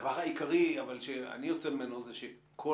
הדבר העיקרי שאני יוצא ממנו הוא שכל